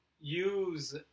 use